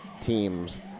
teams